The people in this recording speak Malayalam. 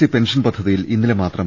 സി പെൻഷൻ പദ്ധതിയിൽ ഇന്നലെ മാത്രം